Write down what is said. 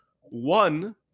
One